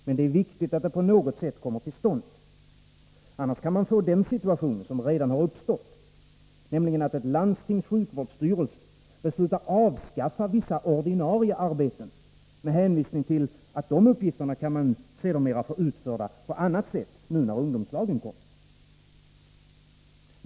Men det är viktigt att det på något sätt kommer till stånd, annars kan man få den situation som redan uppstått, nämligen att ett landstings sjukvårdsstyrelse beslutar avskaffa vissa ordinarie arbeten med hänvisning till att man sedermera kan få dessa uppgifter utförda på annat sätt nu när ungdomslagen kommer.